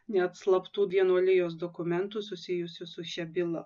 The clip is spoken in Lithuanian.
net slaptų vienuolijos dokumentų susijusių su šia byla